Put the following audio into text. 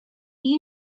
you